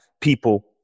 people